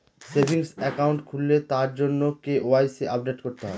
savings account খুললে তার জন্য কে.ওয়াই.সি আপডেট করতে হয়